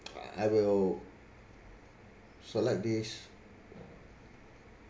I will select this